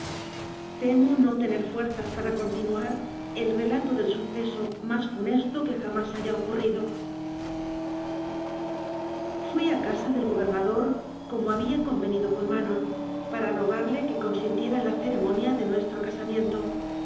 temo no tener fuerzas para continuar el relato del suceso más funesto que jamás haya ocurrido fui a casa del gobernador como había conve nido con manon para rogarle que consintiera en la ceremonia de nuestro casamiento